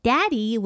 Daddy